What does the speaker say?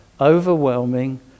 overwhelming